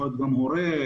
הורה,